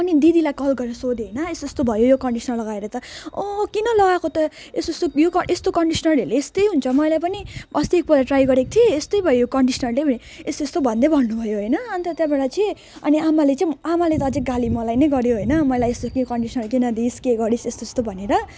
अनि दिदीलाई कल गरेर सोधेँ होइन यस्तो यस्तो भयो यो कन्डिसनर लगाएर त अँ अँ किन लगाएको त यस्तो यस्तो यो क यस्तो कन्डिसनरहरूले यस्तै हुन्छ मलाई पनि अस्ति एकपल्ट ट्राई गरेको थिएँ यस्तै भयो कन्डिसनरले यस्तो यस्तो भन्दै भन्नुभयो होइन अन्त त्यहाँबाट चाहिँ अनि आमाले चाहिँ आमाले त अझै गाली मलाई नै गऱ्यो होइन मलाई यस्तो के कन्डिसनर किन दिइस् के गरिस् यस्तो यस्तो भनेर